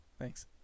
Thanks